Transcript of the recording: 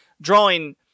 drawing